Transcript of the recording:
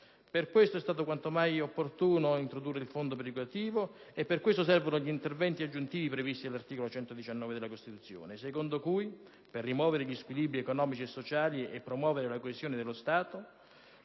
Per questo è stato quanto mai opportuno introdurre il fondo perequativo e per questo servono gli interventi aggiuntivi previsti dall'articolo 119 della Costituzione secondo cui, per rimuovere gli squilibri economici e sociali e promuovere la coesione, lo Stato